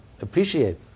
appreciate